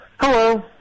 Hello